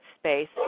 space